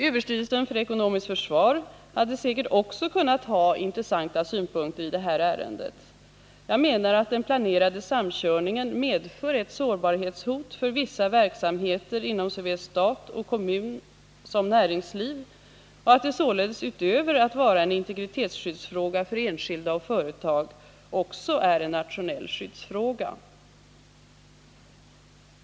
Överstyrelsen för ekonomiskt försvar hade säkert också kunnat ha intressanta synpunkter i detta ärende. Jag menar att den planerade samkörningen medför ett sårbarhetshot för vissa verksamheter inom såväl stat och kommun som näringsliv och att det således, utöver att vara en integritetsskyddsfråga för enskilda och företag m.m.. också är en nationell skyddsfråga.